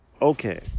Okay